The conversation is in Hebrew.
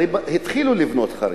הרי התחילו לבנות את חריש,